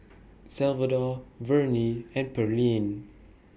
Salvador Vernie and Pearlene